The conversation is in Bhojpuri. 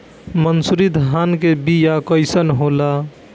मनसुरी धान के बिया कईसन होला?